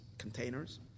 Containers